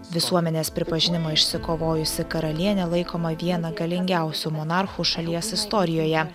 visuomenės pripažinimą išsikovojusi karalienė laikoma viena galingiausių monarchų šalies istorijoje